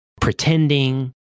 Pretending